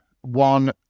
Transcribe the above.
one